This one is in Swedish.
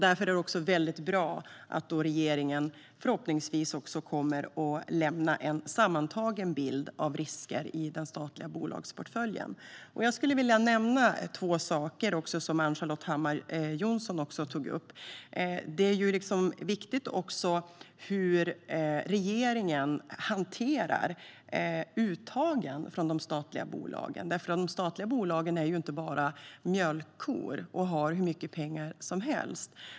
Därför är det bra att regeringen förhoppningsvis kommer att lämna en sammantagen bild av risker i den statliga bolagsportföljen. Jag skulle vilja nämna två saker som Ann-Charlotte Hammar Johnsson också tog upp. Det är viktigt hur regeringen hanterar uttagen från de statliga bolagen. De är ju inte mjölkkor och har hur mycket pengar som helst.